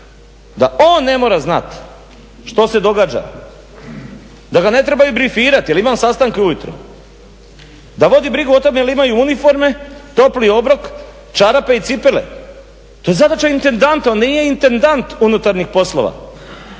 da on ne mora znat što se događa, da ga ne trebaju brifirati jer ima on sastanke ujutro, da vodi brigu o tome jel' imaju uniforme, topli obrok, čarape i cipele. To je zadaća intendanta. On nije intendant unutarnjih poslova